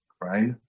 right